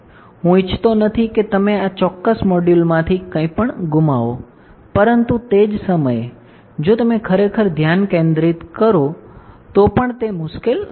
હું ઇચ્છતો નથી કે તમે આ ચોક્કસ મોડ્યુલમાંથી કંઇપણ ગુમાવશો પરંતુ તે જ સમયે જો તમે ખરેખર ધ્યાન કેન્દ્રિત કરો તો પણ તે મુશ્કેલ નથી